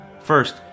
First